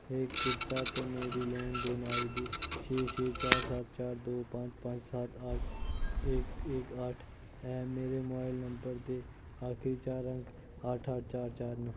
कीता ते मेरी लैन देन आई डी छे छे चार सात चार दो पांच पांच सात आठ एक एक आठ है मेरे मोबाइल नंबर दे आखरी चार अंक आठ आठ चार चार न